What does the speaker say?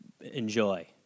enjoy